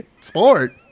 Sport